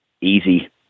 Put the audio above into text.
easy